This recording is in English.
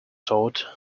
sort